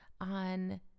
on